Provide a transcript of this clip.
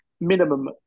minimum